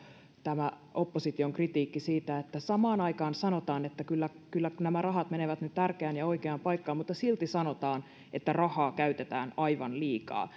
tämä opposition kritiikki kun samaan aikaan sanotaan että kyllä kyllä nämä rahat menevät nyt tärkeään ja oikeaan paikkaan mutta silti sanotaan että rahaa käytetään aivan liikaa